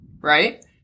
right